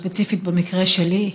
וספציפית במקרה שלי,